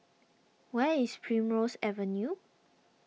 where is Primrose Avenue